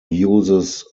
uses